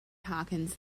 harkins